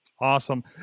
Awesome